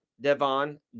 Devon